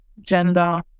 gender